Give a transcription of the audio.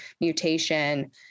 mutation